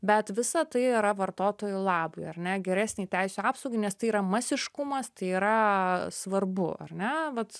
bet visa tai yra vartotojų labui ar ne geresnei teisių apsaugai nes tai yra masiškumas tai yra svarbu ar ne vat